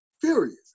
furious